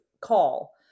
call